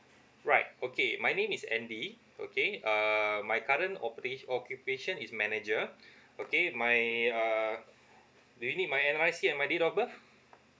right okay my name is andy okay um my current occupa~ occupation is manager okay my uh do you need my N_R_I_C and my date of birth